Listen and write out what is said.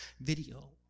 Video